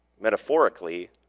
metaphorically